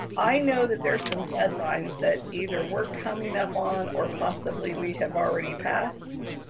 i know that there's some deadlines that either we're coming up on or possibly we have already passed